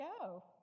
go